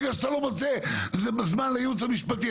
בגלל שאתה לא מוצא זמן לייעוץ המשפטי.